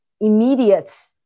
immediate